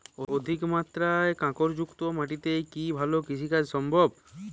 অধিকমাত্রায় কাঁকরযুক্ত মাটিতে কি ভালো কৃষিকাজ সম্ভব?